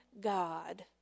God